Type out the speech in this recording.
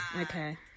Okay